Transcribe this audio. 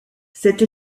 cette